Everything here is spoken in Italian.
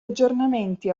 aggiornamenti